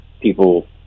people